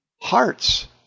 hearts